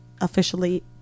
officially